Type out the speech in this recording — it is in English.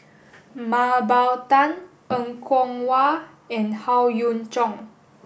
Mah Bow Tan Er Kwong Wah and Howe Yoon Chong